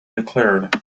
declared